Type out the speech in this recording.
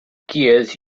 gears